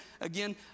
again